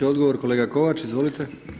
Odgovor, kolega Kovač, izvolite.